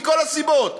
מכל הסיבות,